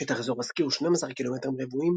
שטח אזור הסקי הוא 12 קילומטרים רבועים